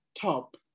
top